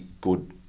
good